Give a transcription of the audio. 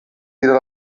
tira